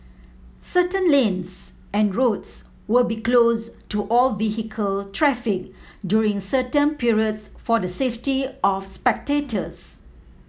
certain lanes and roads will be closed to all vehicle traffic during certain periods for the safety of spectators